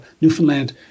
Newfoundland